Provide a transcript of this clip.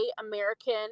American